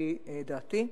לפי דעתי,